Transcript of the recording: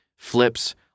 flips